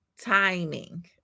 timing